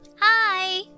Hi